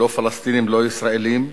לא פלסטינים ולא ישראלים,